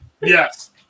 Yes